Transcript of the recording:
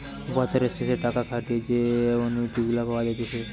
বছরের শেষে টাকা খাটিয়ে যে অনুইটি গুলা পাওয়া যাইতেছে